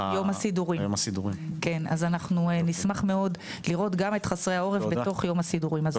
אנחנו נשמח מאוד לראות גם את חסרי העורף בתוך יום הסידורים הזה.